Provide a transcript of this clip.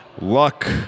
luck